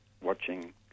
watching